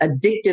addictive